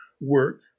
work